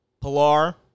Pilar